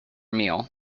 meal